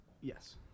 Yes